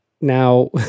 Now